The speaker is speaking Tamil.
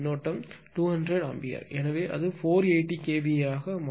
எனவே அது 480 kVA யாக மாறும்